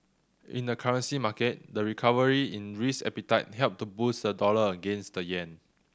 in the currency market the recovery in risk appetite helped to boost the dollar against the yen